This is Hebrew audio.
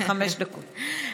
חמש דקות.